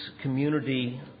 community